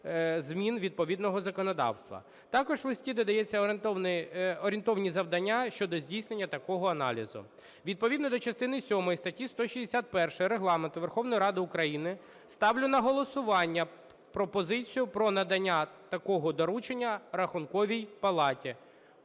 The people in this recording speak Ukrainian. Відповідно до частини сьомої статті 161 Регламенту Верховної Ради України ставлю на голосування пропозицію про надання такого доручення Рахунковій палаті.